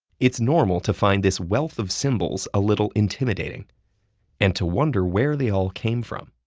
it's normal to find this wealth of symbols a little intimidating and to wonder where they all came from.